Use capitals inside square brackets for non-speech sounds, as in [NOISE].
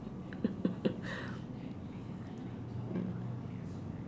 [LAUGHS]